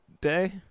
day